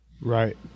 Right